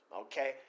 Okay